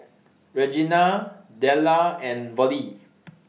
Regenia Della and Vollie